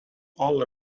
all